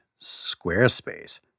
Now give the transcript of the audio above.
Squarespace